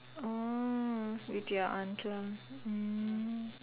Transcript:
oh with your aunt hmm